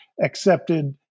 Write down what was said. accepted